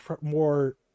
more